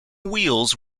wheels